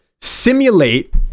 simulate